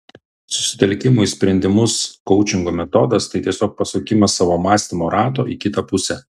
susitelkimo į sprendimus koučingo metodas tai tiesiog pasukimas savo mąstymo rato į kitą pusę